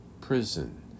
prison